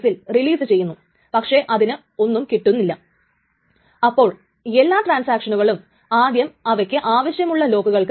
അപ്പോൾ ട്രാൻസാക്ഷൻ ഒന്ന് ട്രാൻസാക്ഷൻ രണ്ടിനേക്കാളും മുൻപേ തുടങ്ങുകയാണെങ്കിൽ ട്രാൻസാക്ഷൻ ഒന്നിന്റെ ടൈം സ്റ്റാമ്പ് രണ്ടിനെക്കാൾ ചെറുതായിരിക്കും